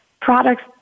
products